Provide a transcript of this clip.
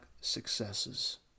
successes